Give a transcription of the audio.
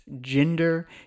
gender